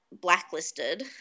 blacklisted